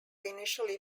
initially